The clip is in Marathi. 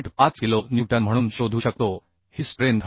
5 किलो न्यूटन म्हणून शोधू शकतो ही स्ट्रेंथ आहे